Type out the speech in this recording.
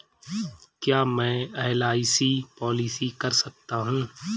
क्या मैं LIC policy कर सकता हूं?